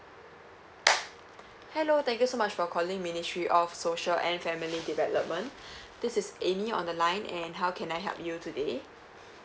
hello thank you so much for calling ministry of social and family development this is amy on the line and how can I help you today